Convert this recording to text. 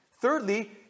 Thirdly